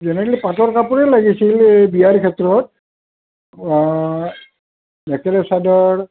generally পাটৰ কাপোৰে লাগিছিল এ বিয়াৰ ক্ষেত্ৰত মেখেলা চাদৰ